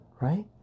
right